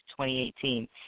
2018